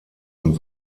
und